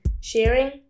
sharing